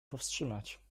powstrzymać